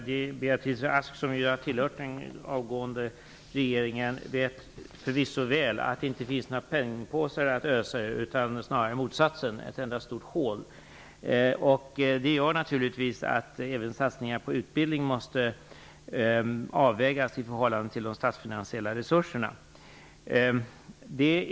Herr talman! Beatrice Ask som tillhör den avgående regeringen vet förvisso väl att det inte finns några penningpåsar att ösa ur utan snarare motsatsen - det finns ett enda stort hål. Det medför naturligtvis att även satsningar på utbildningar måste avvägas i förhållande till de statsfinansiella resurserna.